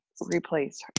replace